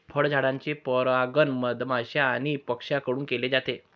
फळझाडांचे परागण मधमाश्या आणि पक्ष्यांकडून केले जाते